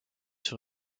sur